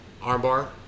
Armbar